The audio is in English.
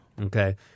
okay